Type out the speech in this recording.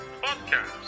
podcast